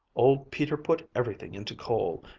old peter put everything into coal.